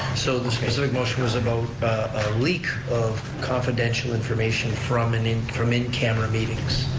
so, the specific motion was about a leak of confidential information from and in from in camera meetings.